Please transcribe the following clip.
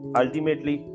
ultimately